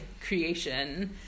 creation